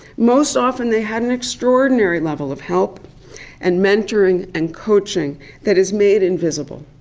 most often they had an extraordinary level of help and mentoring and coaching that is made invisible.